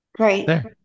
Right